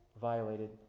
violated